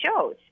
shows